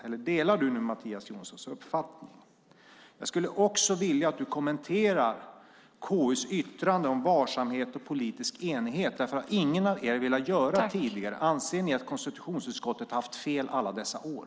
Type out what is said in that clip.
Eller delar du Mattias Jonssons uppfattning? Jag skulle också vilja att du kommenterar KU:s yttrande om varsamhet och politisk enighet, därför att ingen av er har velat göra det tidigare. Anser ni att konstitutionsutskottet har haft fel alla dessa år?